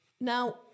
Now